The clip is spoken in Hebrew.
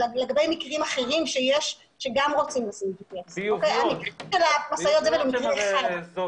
אלא לגבי מקרים אחרים שיש שגם רוצים לשים GPS. משאיות הזבל זה מקרה אחד.